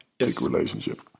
relationship